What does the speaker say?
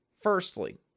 firstly